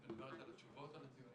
את מדברת על הבחינות או על הציונים?